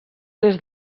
des